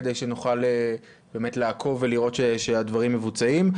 כדי שנוכל באמת לעקוב ולראות שהדברים מבוצעים.